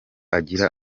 agira